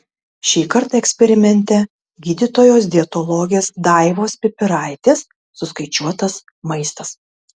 šįkart eksperimente gydytojos dietologės daivos pipiraitės suskaičiuotas maistas